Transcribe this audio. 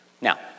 Now